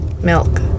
Milk